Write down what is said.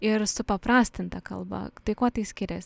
ir supaprastinta kalba tai kuo tai skirias